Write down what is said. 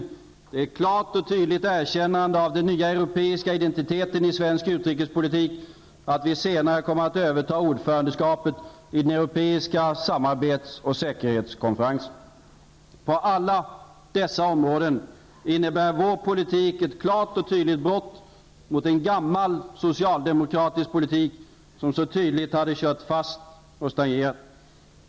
Det är ett klart och tydligt erkännande av den nya europeiska identiteten i svensk utrikespolitik att Sverige senare kommer att överta ordförandeskapet i den europeiska samarbets och säkerhetskonferensen. På alla dessa områden innebär vår politik ett klart och tydligt brott mot en gammal socialdemokratisk politik som så tydligt hade kört fast och stagnerat.